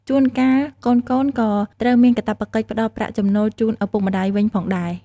ជួនកាល កូនៗក៏ត្រូវមានកាតព្វកិច្ចផ្ដល់ប្រាក់ចំណូលជូនឪពុកម្ដាយវិញផងដែរ។